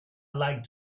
light